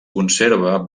conserva